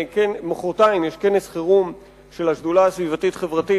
מחרתיים יש כנס חירום של השדולה הסביבתית-חברתית,